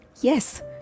yes